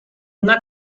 not